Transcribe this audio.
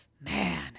man